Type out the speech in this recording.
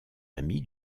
amis